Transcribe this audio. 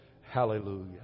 Hallelujah